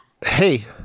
Hey